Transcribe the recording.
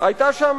היתה שם,